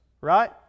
Right